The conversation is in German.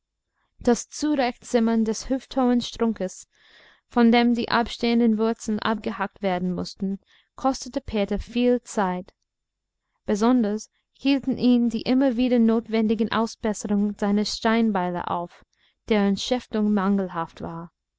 das zurechtzimmern des hüfthohen strunkes von dem die abstehenden wurzeln abgehackt werden mußten kostete peter viel zeit besonders hielten ihn die immer wieder notwendigen ausbesserungen seiner steinbeile auf deren schäftung mangelhaft war